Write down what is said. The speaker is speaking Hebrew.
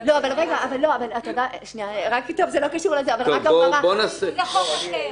זה לא קשור לזה, אבל רק הבהרה --- זה חוק אחר.